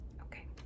Okay